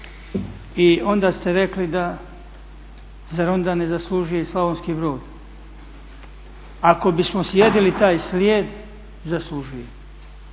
i onda ste rekli zar onda ne zaslužuje i Slavonski Brod. Ako bismo slijedili taj slijed, zaslužuje.